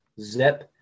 zip